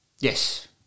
Yes